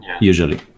Usually